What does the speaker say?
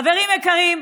חברים יקרים,